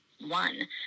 one